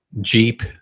Jeep